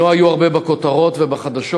הם לא היו הרבה בכותרות ובחדשות,